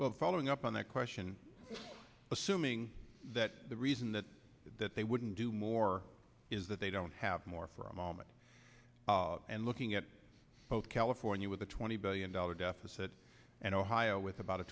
well following up on that question assuming that the reason that that they wouldn't do more is that they don't have more for a moment and looking at both california with a twenty billion dollar deficit and ohio with about a